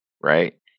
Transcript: right